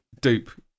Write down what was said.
dupe